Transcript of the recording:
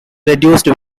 reduced